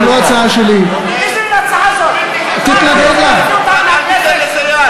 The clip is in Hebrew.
להוציא אותנו מהכנסת?